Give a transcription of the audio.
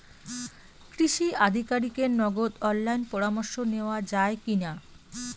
কৃষি আধিকারিকের নগদ অনলাইন পরামর্শ নেওয়া যায় কি না?